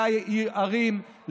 לערים,